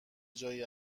جایی